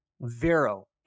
Vero